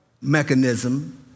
mechanism